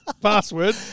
Password